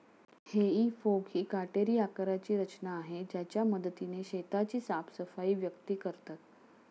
हेई फोक ही काटेरी आकाराची रचना आहे ज्याच्या मदतीने शेताची साफसफाई व्यक्ती करतात